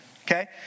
Okay